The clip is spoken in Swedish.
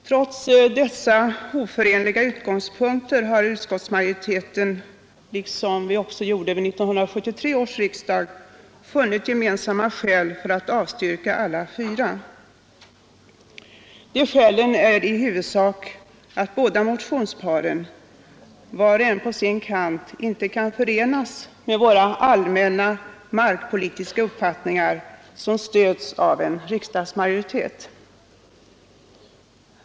Trots dessa oförenliga utgångspunkter har utskottsmajoriteten liksom vid 1973 års riksdag funnit gemensamma skäl för att avstyrka alla fyra motionerna. De skälen är i huvudsak att de åsikter som kom till uttryck i båda motionsparen — vart och ett på sin kant — är oförenliga med de allmänna markpolitiska uppfattningar som stöds av en riksdagsmajoritet.